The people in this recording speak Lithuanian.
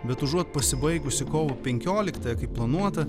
bet užuot pasibaigusi kovo penkioliktąją kaip planuota